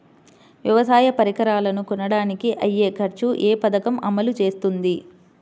వ్యవసాయ పరికరాలను కొనడానికి అయ్యే ఖర్చు ఏ పదకము అమలు చేస్తుంది?